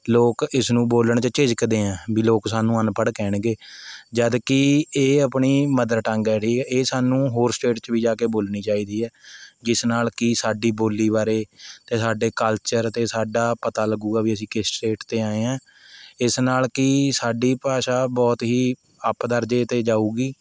ਲੋਕ ਇਸਨੂੰ ਬੋਲਣ 'ਚ ਝਿਜਕਦੇ ਹੈ ਵੀ ਲੋਕ ਸਾਨੂੰ ਅਨਪੜ੍ਹ ਕਹਿਣਗੇ ਜਦ ਕੀ ਇਹ ਆਪਣੀ ਮਦਰਟੰਗ ਹੈ ਠੀਕ ਹੈ ਇਹ ਸਾਨੂੰ ਹੋਰ ਸਟੇਟ 'ਚ ਵੀ ਜਾ ਕੇ ਬੋਲਣੀ ਚਾਹੀਦੀ ਹੈ ਜਿਸ ਨਾਲ਼ ਕੀ ਸਾਡੀ ਬੋਲੀ ਬਾਰੇ ਅਤੇ ਸਾਡੇ ਕਲਚਰ 'ਤੇ ਸਾਡਾ ਪਤਾ ਲੱਗੁਗਾ ਵੀ ਅਸੀਂ ਕਿਸ ਸਟੇਟ 'ਤੇ ਆਏ ਹੈ ਇਸ ਨਾਲ਼ ਕੀ ਸਾਡੀ ਭਾਸ਼ਾ ਬਹੁਤ ਹੀ ਅੱਪ ਦਰਜੇ 'ਤੇ ਜਾਊਗੀ